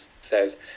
says